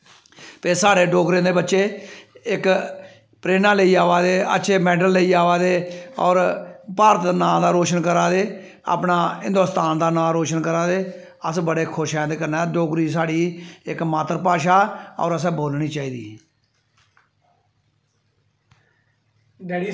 ते साढ़े डोगरें दे बच्चे इक प्रेरणा लेईयै अवा दे अच्छे मैडल लेईयै अवा दे और भारत दा नांऽ रोशन करा दे अपना हिन्दोस्तान दा नांऽ रोशन करा दे अस बड़े खुश ऐं एह्दै कन्नै चोगरी साढ़ी इक मात्तर भाशा और असें बोलनी चाही दी